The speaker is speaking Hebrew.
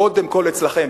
קודם כול אצלכם.